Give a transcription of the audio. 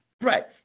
Right